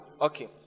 okay